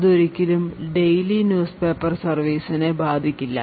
അത് ഒരിക്കലും daily news paper സർവീസിനെ ബാധിക്കില്ല